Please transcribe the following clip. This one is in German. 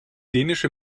dänische